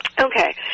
Okay